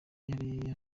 yari